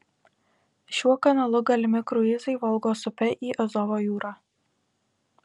šiuo kanalu galimi kruizai volgos upe į azovo jūrą